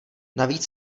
navíc